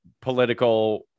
political